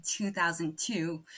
2002